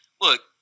look